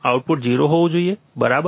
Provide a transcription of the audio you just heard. output 0 હોવું જોઈએ બરાબર